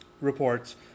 reports